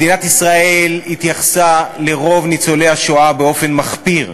מדינת ישראל התייחסה לרוב ניצולי השואה באופן מחפיר,